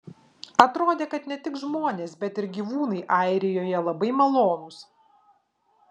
atrodė kad ne tik žmonės bet ir gyvūnai airijoje labai malonūs